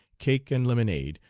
cake, and lemonade,